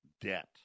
debt